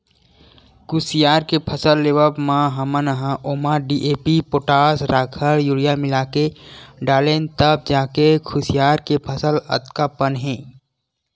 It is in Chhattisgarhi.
कुसियार के फसल लेवब म हमन ह ओमा डी.ए.पी, पोटास, राखड़, यूरिया मिलाके डालेन तब जाके कुसियार के फसल अतका पन हे